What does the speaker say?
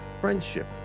friendship